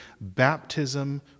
baptism